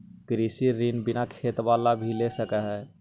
कृषि ऋण बिना खेत बाला भी ले सक है?